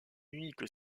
unique